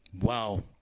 wow